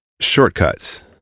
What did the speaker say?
shortcuts